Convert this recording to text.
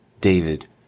David